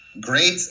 great